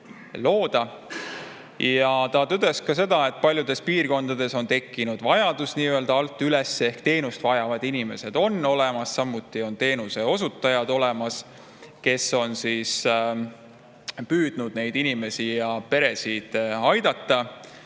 Ta tõdes ka seda, et paljudes piirkondades on tekkinud vajadus nii-öelda alt üles ehk teenust vajavad inimesed on olemas. Samuti on teenuseosutajad olemas, kes on püüdnud neid inimesi ja peresid aidata.